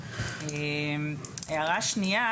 הערה שנייה.